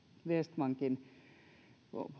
vestmankin